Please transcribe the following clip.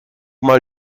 mal